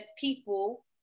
people